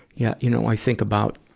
yeah. you know, i think about,